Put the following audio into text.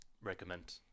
recommend